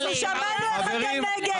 אנחנו שמענו איך אתם נגד,